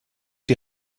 die